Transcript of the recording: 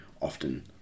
often